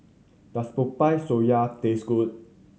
does Popiah Sayur taste good